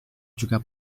juga